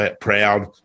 proud